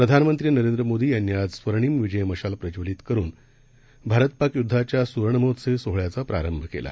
प्रधानमंत्रीनरेंद्रमोदीयांनीआजस्वर्णिमविजयमशालप्रज्वलितकरूनभारत पाकयुद्धाच्यासुवर्णमहोत्सवीसोहळ्याचाप्रारंभकेला